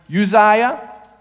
Uzziah